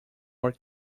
were